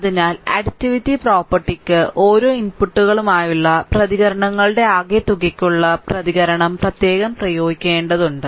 അതിനാൽ അഡിറ്റിവിറ്റി പ്രോപ്പർട്ടിക്ക് ഓരോ ഇൻപുട്ടുകൾക്കുമായുള്ള പ്രതികരണങ്ങളുടെ ആകെത്തുകയ്ക്കുള്ള പ്രതികരണം പ്രത്യേകം പ്രയോഗിക്കേണ്ടതുണ്ട്